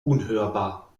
unhörbar